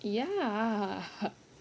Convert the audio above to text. ya